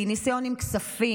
ניסיון עם כספים,